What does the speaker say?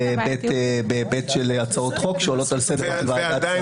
כלל בהיבט של הצעות חוק שעולות על סדר היום.